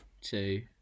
two